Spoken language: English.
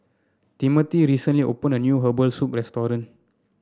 Timmothy recently opened a new Herbal Soup restaurant